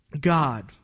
God